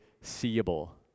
seeable